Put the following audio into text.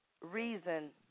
reason